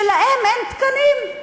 שלהם אין תקנים,